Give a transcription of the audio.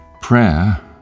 Prayer